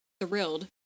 thrilled